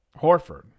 Horford